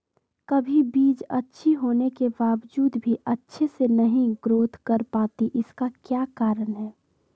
कभी बीज अच्छी होने के बावजूद भी अच्छे से नहीं ग्रोथ कर पाती इसका क्या कारण है?